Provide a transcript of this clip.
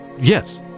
Yes